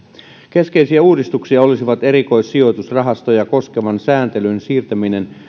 keskeisiä uudistuksia olisivat erikoissijoitusrahastoja koskevan sääntelyn siirtäminen